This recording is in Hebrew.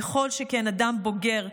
וכל שכן אדם בוגר,